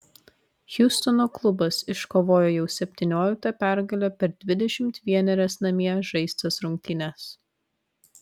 hjustono klubas iškovojo jau septynioliktą pergalę per dvidešimt vienerias namie žaistas rungtynes